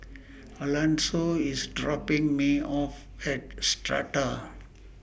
Alonso IS dropping Me off At Strata